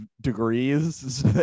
degrees